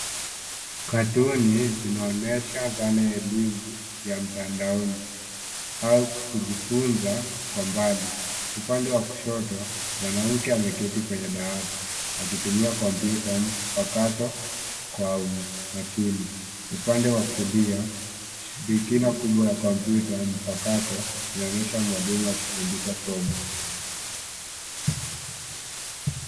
Katuni zinaonyesha dhana ya elimu ya mtandaoni au kujifunza kwa mbali. Upande wa kushoto mwanamke ameketi kwenye dawati akitumia kompyuta mpakato kwa makini. Upande wa kulia skrini kubwa ya kompyuta mpakato yaonyesha mwalimu akifundisha somo.